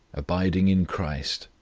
abiding in christ,